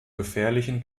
gefährlichen